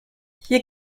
hier